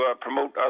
promote